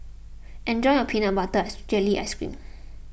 enjoy your Peanut Butter Jelly Ice Cream